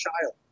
child